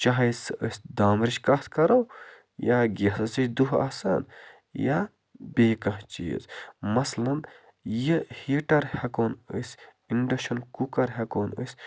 چاہے سٔہ أسۍ دامٕرٕچۍ کَتھ کَرَو یا گیسَس تہِ چھِ دُہہ آسان یا بیٚیہِ کانٛہہ چیٖز مثلًا یہِ ہیٖٹَر ہٮ۪کہٕ ہوٚن أسۍ اِنٛڈَکشَن کُکَر ہٮ۪کہٕ ہوٚن أسۍ